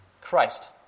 Christ